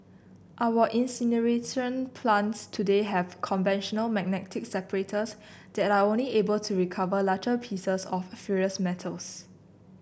our incineration plants today have conventional magnetic separators that are only able to recover larger pieces of ferrous metals